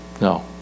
no